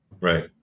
Right